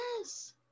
yes